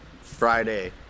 Friday